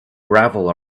gravel